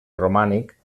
romànic